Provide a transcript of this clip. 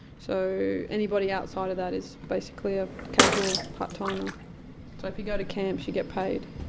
so anybody outside of that is basically a casual part-timer. if you go to camps you get paid,